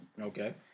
Okay